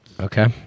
okay